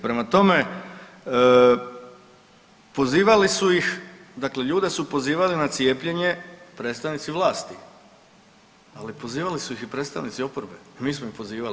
Prema tome, pozivali su ih dakle ljude su pozivali na cijepljenje predstavnici vlasti, ali pozivali su ih i predstavnici oporbe, mi smo ih pozivali.